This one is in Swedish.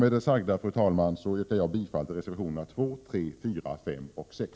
Med det sagda, fru talman, yrkar jag bifall till reservationerna 2, 3, 4, 5 och 6.